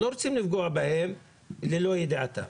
לא רוצים לפגוע בהם ללא ידיעתם.